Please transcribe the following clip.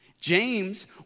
James